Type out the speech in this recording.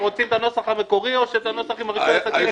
הם רוצים את הנוסח המקורי או את הנוסח עם רישוי עסקים?